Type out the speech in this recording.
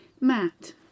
Matt